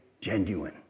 genuine